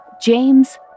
James